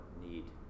need